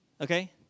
okay